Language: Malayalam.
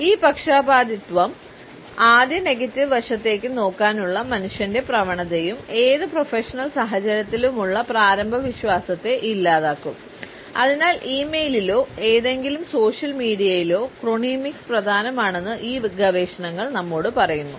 ഈ പക്ഷപാതിത്വവും ആദ്യം നെഗറ്റീവ് വശത്തേക്ക് നോക്കാനുള്ള മനുഷ്യന്റെ പ്രവണതയും ഏത് പ്രൊഫഷണൽ സാഹചര്യത്തിലുമുള്ള പ്രാരംഭ വിശ്വാസത്തെ ഇല്ലാതാക്കും അതിനാൽ ഇ മെയിലിലോ ഏതെങ്കിലും സോഷ്യൽ മീഡിയയിലോ ക്രോണമിക്സ് പ്രധാനമാണെന്ന് ഈ ഗവേഷണങ്ങൾ നമ്മോട് പറയുന്നു